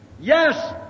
Yes